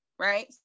right